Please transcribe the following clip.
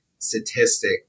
statistic